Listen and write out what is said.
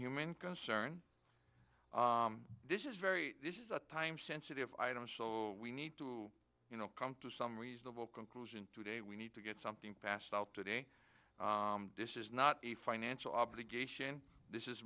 human concern this is very this is a time sensitive i don't we need to you know come to some reasonable conclusion today we need to get something passed out today this is not a financial obligation this